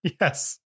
Yes